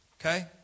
Okay